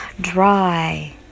dry